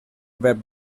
web